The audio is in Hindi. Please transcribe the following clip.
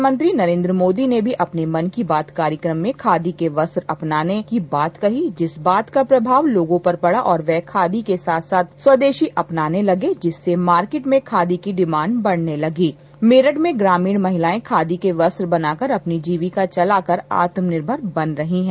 प्रधानमंत्री नरेन्द्र मोदी ने भी मन की बात कार्यकम में खादी के वस्त्र अपनाने की बात कही जिसका प्रभाव लोगों पर पड़ा और वह खादी के साथ साथ स्वदेशी अपनाने लगे जिससे मार्केट में खादी की डिमांड बढ़ने लगी मेरठ में ग्रामीण महिलाएं खादी के वस्त्र बनाकर अपनी जीविका चलाकर आत्मनिर्भर बन रही हैं